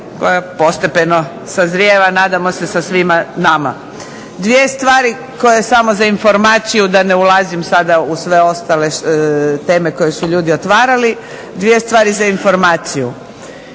koja postepeno sazrijeva nadamo se sa svima nama. Dvije stvari, koje samo za informaciju da ne ulazim sada u teme koje su ljudi otvarali, dvije stvari za informaciju.